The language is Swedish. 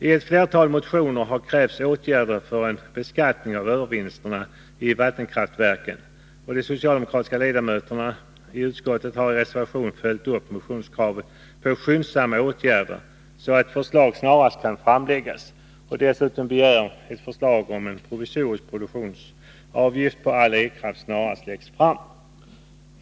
I ett flertal motioner har krävts åtgärder för en beskattning av övervinsterna i vattenkraftverken, och de socialdemokratiska ledamöterna i utskottet har i reservation följt upp motionskravet på skyndsamma åtgärder, så att ett förslag snarast kan framläggas. Dessutom begärs förslag om att en provisorisk produktionsavgift på all elkraft snarast läggs fram.